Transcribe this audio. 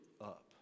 up